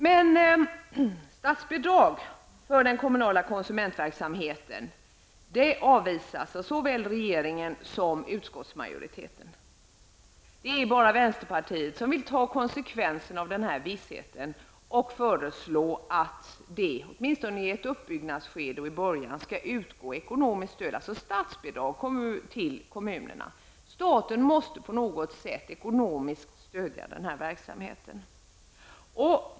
Men statsbidrag för den kommunala konsumentverksamheten avvisas såväl av regeringen som av utskottsmajoriteten. Det är bara vänsterpartiet som vill ta konsekvenserna av den här vissheten och föreslå att det, åtminstone i ett uppbyggnadsskede, skall utgå ekonomiskt stöd, alltså statsbidrag, till kommunerna. Staten måste på något sätt ekonomiskt stödja den här verksamheten.